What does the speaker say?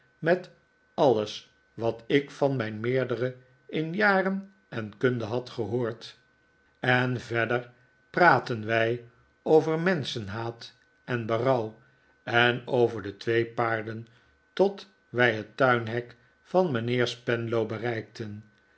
met alles wat ik van mijn meerdere in jaren en kunde had gehoord en verder praatten wij over menschenhaat en berouw en over de twee paarden tot wij het tuinhek van mijnheer spenlow bereikten